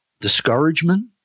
discouragement